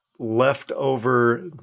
leftover